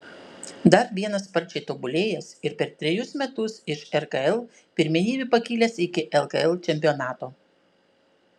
dar vienas sparčiai tobulėjęs ir per trejus metus iš rkl pirmenybių pakilęs iki lkl čempionato